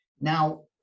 now